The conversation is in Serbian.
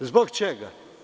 Zbog čega?